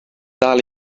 dal